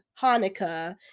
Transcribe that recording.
hanukkah